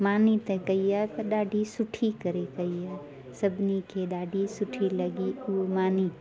माने त कई आहे त ॾाढी सुठी करे कई आ सभिनी खे ॾाढी सुठी लॻी इअ मानी